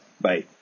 bye